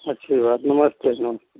अच्छी बात नमस्ते नमस्ते